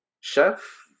chef